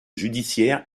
judiciaires